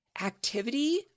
activity